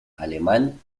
alemán